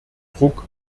druck